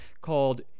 called